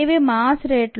ఇవి మాస్ రేట్లు